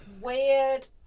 weird